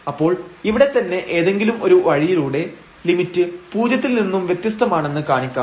അപ്പോൾ ഇവിടെ തന്നെ ഏതെങ്കിലും ഒരു വഴിയിലൂടെ ലിമിറ്റ് പൂജ്യത്തിൽ നിന്നും വ്യത്യസ്തമാണെന്ന് കാണിക്കാം